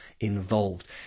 involved